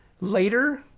Later